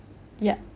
yup